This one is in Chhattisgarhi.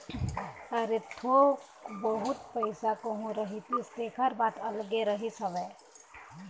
अरे थोक बहुत पइसा कहूँ रहितिस तेखर बात अलगे रहिस हवय